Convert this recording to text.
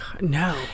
No